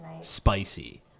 spicy